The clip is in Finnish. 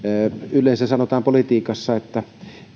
yleensä politiikassa sanotaan että